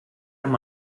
amb